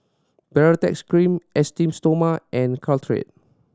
Baritex Cream Esteem Stoma and Caltrate